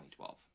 2012